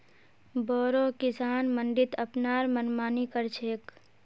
बोरो किसान मंडीत अपनार मनमानी कर छेक